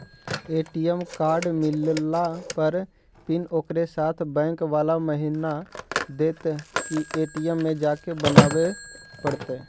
ATM card मिलला पर PIN ओकरे साथे बैक बाला महिना देतै कि ए.टी.एम में जाके बना बे पड़तै?